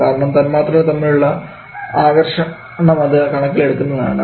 കാരണം തന്മാത്രകൾ തമ്മിലുള്ള ആകർഷണമതു കണക്കിൽ എടുക്കുന്നതാണ്